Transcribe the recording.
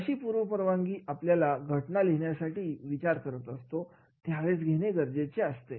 अशी पूर्व परवानगी आपल्याला घटना लिहिण्यासाठी विचार करत असतो त्यावेळेसच घेणे गरजेचे असते